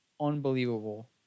unbelievable